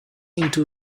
into